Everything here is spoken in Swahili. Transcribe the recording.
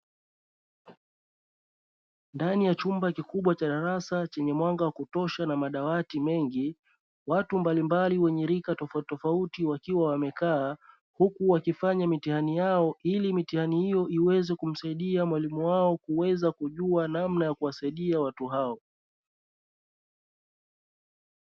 Ndani ya chumba kikubwa cha darasa chenye mwanga wa kutosha na madawati mengi watu mbalimbali wenye rika tofauti tofauti wakiwa wamekaa, huku wakifanya mitihani yao ili mitihani hiyo iweze kumsaidia mwalimu wao kuweza kujua namna ya kuwasaidia watu hao.